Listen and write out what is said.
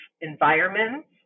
environments